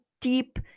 deep